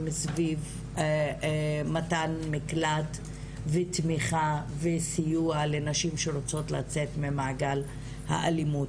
סביב מתן מקלט ותמיכה וסיוע לנשים שרוצות לצאת ממעגל האלימות,